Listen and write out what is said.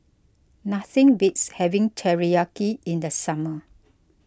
nothing beats having Teriyaki in the summer